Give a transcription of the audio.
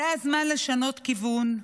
זה הזמן לשנות כיוון,